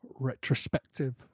Retrospective